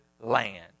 land